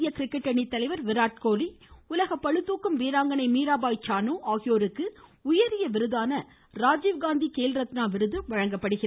இந்திய கிரிக்கெட் அணி தலைவர் விராட் கோலி உலக பளுதூக்கும் வீராங்கனை மீராபாய் சானு ஆகியோருக்கு உயரிய விருதான ராஜிவ்காந்தி கேல் ரத்னா விருது வழங்கப்படுகிறது